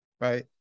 right